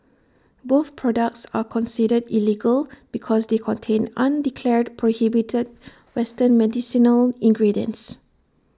both products are considered illegal because they contain undeclared prohibited western medicinal ingredients